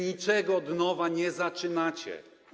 Niczego od nowa nie zaczynacie.